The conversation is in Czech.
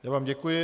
Já vám děkuji.